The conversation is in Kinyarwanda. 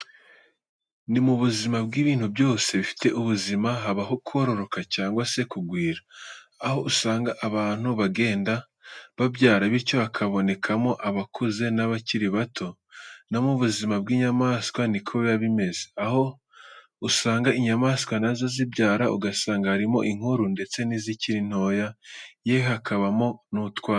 Mu buzima bw'ibintu byose bifite ubuzima, habaho kororoka cyangwa se kugwira. Aho usanga abantu bagenda babyara bityo hakabonekamo abakuze n'abakiri bato. No mu buzima bw'inyamaswa niko biba bimeze, aho uasnga inyamaswa na zo zibyara,' ugasanga harimo inkuru ndetse nizikiri ntoya yewe hakabamo n'utwana.